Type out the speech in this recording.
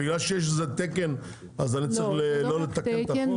בגלל שיש איזה תקן אז אני צריך לא לתקן את החוק?